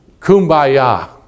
kumbaya